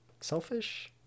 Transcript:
Selfish